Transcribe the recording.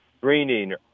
Greening